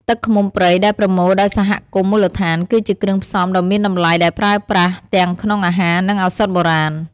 ទឹកឃ្មុំព្រៃដែលប្រមូលដោយសហគមន៍មូលដ្ឋាន គឺជាគ្រឿងផ្សំដ៏មានតម្លៃដែលប្រើប្រាស់ទាំងក្នុងអាហារ និងឱសថបុរាណ។